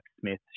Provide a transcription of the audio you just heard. Smith